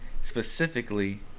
specifically